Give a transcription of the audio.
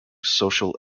social